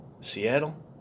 Seattle